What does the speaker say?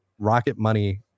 Rocketmoney